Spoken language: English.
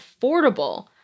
affordable